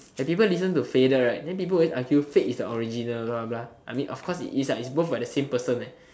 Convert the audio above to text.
I didn't even listen to faded right then people always argue fade is the original blah blah blah I mean of course it is lah is both by the same person eh